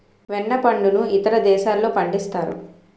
వెన్న పండును ఇతర దేశాల్లో పండిస్తారు